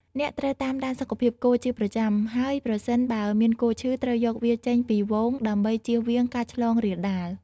អ្នកត្រូវតាមដានសុខភាពគោជាប្រចាំ ហើយប្រសិនបើមានគោឈឺ ត្រូវយកវាចេញពីហ្វូងដើម្បីចៀសវាងការឆ្លងរាលដាល។